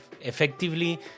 effectively